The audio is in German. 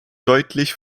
deutlich